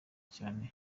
cyane